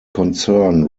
concern